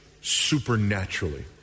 supernaturally